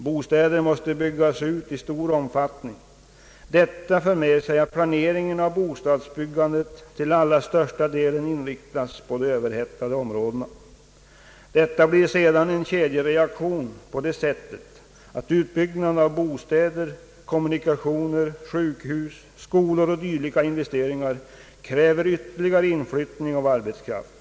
Bostäder måste byggas i stor omfattning, och detta för med sig att planeringen av bostadsbyggandet till allra största delen inriktas på de överhettade områdena. Därpå följer en kedjereaktion på grund av att utbyggnaden av bostäder, kommunikationer, sjukhus, skolor och dylika investeringar kräver ytterligare inflyttning av arbetskraft.